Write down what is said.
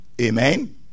Amen